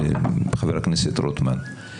חבר הכנסת רוטמן,